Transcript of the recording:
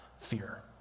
fear